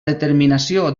determinació